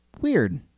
Weird